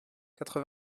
quatre